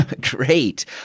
Great